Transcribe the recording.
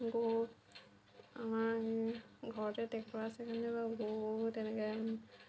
গৰু আমাৰ এই ঘৰতে ট্ৰেক্টৰ আছে কাৰণে বাৰু গৰু তেনেকে